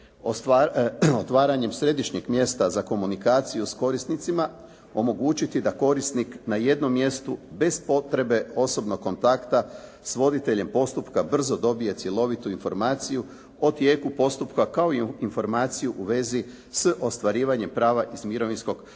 otvaranjem središnjeg mjesta za komunikaciju s korisnicima omogućiti da korisnik na jednom mjestu bez potrebe osobnog kontakta s voditeljem postupka brzo dobije cjelovitu informaciju o tijeku postupka kao i informaciju u vezi s ostvarivanjem prava iz mirovinskog osiguranja